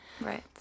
Right